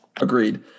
agreed